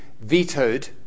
vetoed